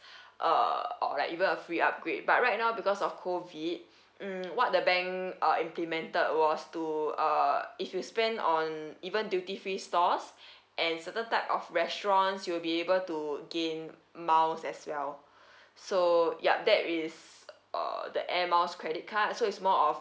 uh or like even a free upgrade but right now because of COVID hmm what the bank uh implemented was to uh if you spend on even duty free stores and certain type of restaurants you'll be able to gain miles as well so yup that is uh the air miles credit card so it's more of